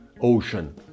ocean